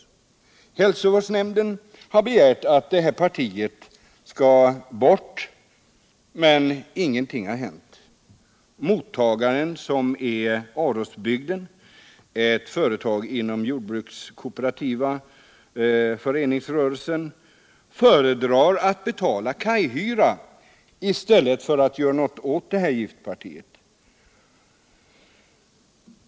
— miljöfarligt gods Hälsovårdsnämnden har begärt att partiet skall tas bort, men ingenting har hänt. Mottagaren, som är Arosbygdens Lantmän -— ett företag inom den jordbrukskooperativa föreningsrörelsen — föredrar att betala kajhyra i stället för att göra något åt giftpartiet.